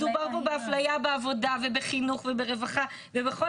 מדובר פה באפליה בעבודה ובחינוך וברווחה ובכל